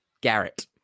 Garrett